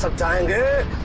so dying at